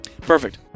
Perfect